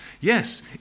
yes